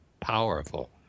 powerful